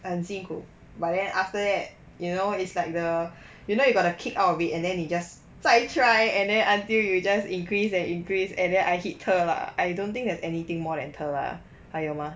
很辛苦 but then after that you know it's like the you know you got to kick out of it and then 你 just 再 try and then until you just increase and increase and then I hit 特 lah I don't think there's anything more than 特 ah 还有吗